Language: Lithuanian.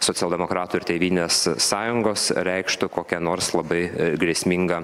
socialdemokratų ir tėvynės sąjungos reikštų kokią nors labai grėsmingą